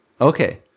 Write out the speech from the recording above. okay